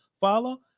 follow